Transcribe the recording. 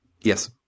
Yes